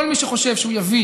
כל מי שחושב שהוא יביא